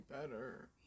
better